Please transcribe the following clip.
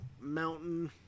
mountain